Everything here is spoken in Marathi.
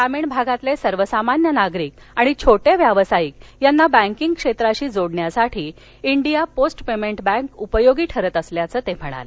ग्रामीण भागातले सर्वसामान्य नागरिक आणि छोटे व्यावसायिक यांना बँकींग क्षेत्राशी जोडण्यासाठी डिया पोस्ट पेमेंट बैंक उपयोगी ठरत असल्याचं ते म्हणाले